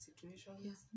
situations